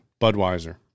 Budweiser